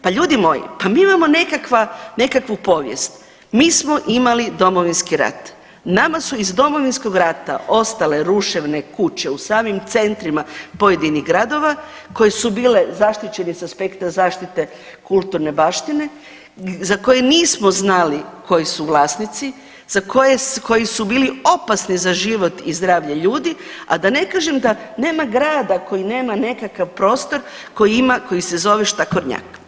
Pa ljudi moji, mi imamo nekakva, nekakvu povijest, mi smo imali Domovinski rat, nama su iz Domovinskog rata ostale ruševne kuće u samim centrima pojedinih gradova koje su bile zaštićene s aspekta zaštite kulturne baštine za koje nismo znali koji su vlasnici, koji su bili opasni za život i zdravlje ljudi, a da ne kažem da nema grada koji nema nekakav prostor koji ima, koji se zove štakornjak.